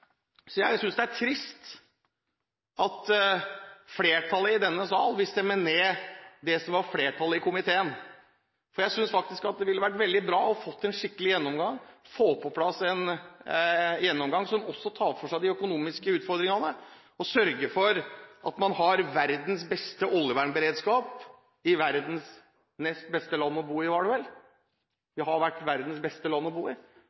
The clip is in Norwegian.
Jeg synes det er trist at flertallet i denne sal vil stemme ned flertallet i komiteen. Jeg synes faktisk det ville være veldig bra å få en skikkelig gjennomgang, få på plass en gjennomgang som også tar for seg de økonomiske utfordringene, og sørger for at man har verdens beste oljevernberedskap i verdens nest beste land å bo i, var det vel. Vi har vært verdens beste land å bo i,